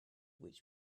which